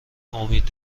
امید